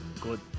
Good